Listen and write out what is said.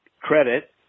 credit